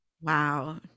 Wow